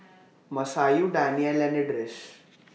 Masayu Daniel and Idris